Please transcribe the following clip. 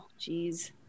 jeez